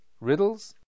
riddles